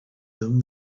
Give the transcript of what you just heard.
them